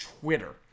Twitter